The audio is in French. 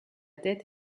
tête